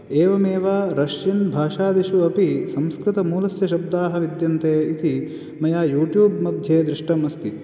एवमेव रष्यन् भाषादिषु अपि संस्कृतमूलस्य शब्दाः विद्यन्ते इति मया यूट्यूब् मध्ये दृष्टम् अस्ति